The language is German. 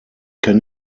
kann